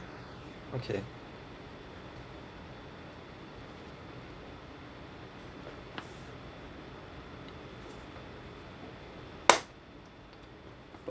okay